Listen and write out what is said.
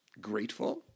grateful